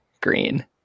Green